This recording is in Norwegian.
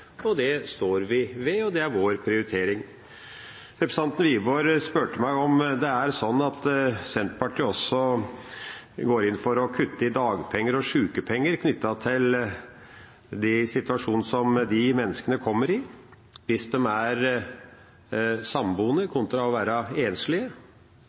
Det står vi ved, og det er vår prioritering. Representanten Wiborg spurte meg om det er sånn at Senterpartiet også går inn for å kutte i dagpenger og sykepenger knyttet til situasjonene de menneskene kommer i, hvis de er samboende